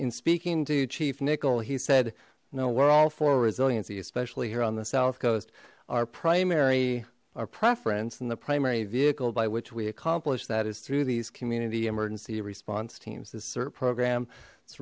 in speaking to chief nickel he said no we're all for resiliency especially here on the south coast our primary our preference in the primary vehicle by which we accomplish that is through these community emergency response teams this cert program it's